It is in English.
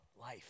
life